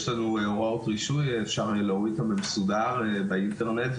יש לנו הוראות רישוי ואפשר להוריד אותן במסודר באינטרנט,